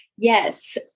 Yes